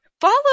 follow